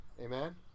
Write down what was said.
amen